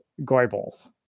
Goebbels